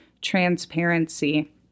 transparency